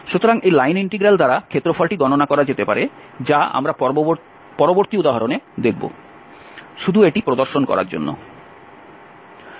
সুতরাং এই line integral দ্বারা ক্ষেত্রফলটি গণনা করা যেতে পারে যা আমরা পরবর্তী উদাহরণে দেখব শুধু এটি প্রদর্শন করার জন্য